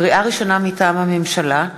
לקריאה ראשונה, מטעם הממשלה: